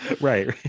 Right